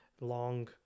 long